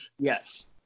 Yes